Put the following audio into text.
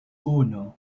uno